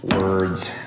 words